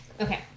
okay